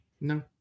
No